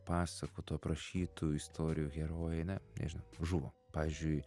pasakotų aprašytų istorijų herojai na nežinau žuvo pavyzdžiui